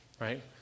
right